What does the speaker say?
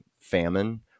famine